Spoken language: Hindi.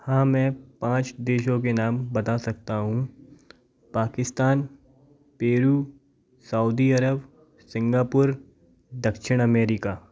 हाँ मैं पाँच देशों के नाम बता सकता हूँ Pakistan Peru Saudi Arab Singapore दक्षिण अमेरिका